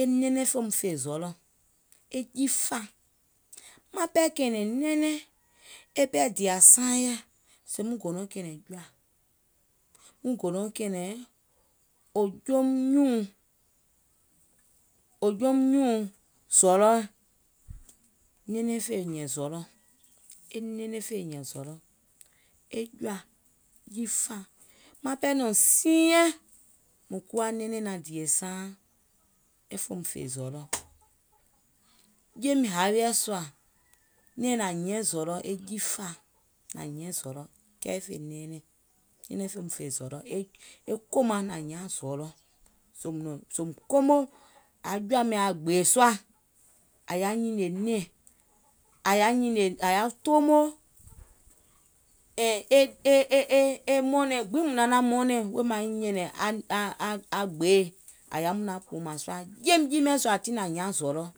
e nɛɛnɛŋ fòum fè zɔlɔ̀, e jii fàa, maŋ ɓɛɛ kɛ̀ɛ̀nɛ̀ŋ nɛɛnɛŋ, e ɓɛɛ dìà saaŋ yɛɛ̀, sèè muŋ gò nɔŋ kɛ̀ɛ̀ŋ jɔ̀à, muŋ gò nɔŋ kɛ̀ɛ̀nɛ̀ŋ wò joum nyùùŋ, wò joum nyùùŋ zɔlɔ̀, nɛɛnɛŋ fè hìàŋ zɔlɔ̀ e nɛɛnɛŋ fè hìàŋ zɔlɔ̀, e jɔ̀à, jii fàa, maŋ pɛɛ nɔ̀ŋ siinyɛŋ mùŋ kuwa nɛɛnɛŋ naŋ dìè saaŋ, e fèim fè zɔlɔ ̀. Jeim e hààweɛ̀ sùà, nɛ̀ɛŋ naŋ hiàŋ zɔlɔ̀, e jii fàa nàŋ hiàŋ zɔlɔ̀, kɛɛ fè nɛɛnɛŋ, nɛɛnɛŋ fèim fè zɔlɔ̀, e kòmaŋ nàŋ hiàŋ zɔlɔ̀, Sèèùm komo, aŋ jɔ̀àum nyàŋ yaà gbèè sùà, àŋ yaà nyìnìè nɛ̀ŋ, àŋ yaȧ toomo, and e mɔ̀ɔ̀nɛɛ̀ŋ gbiŋ mùŋ naŋ naȧŋ mɔɔnɛ̀ŋ wèè aŋ gbeè àŋ yaàùm naàŋ kpùùmàŋ sùà, jeim jii miɛ̀ŋ sùà tiŋ nàŋ hiàŋ zɔlɔ̀.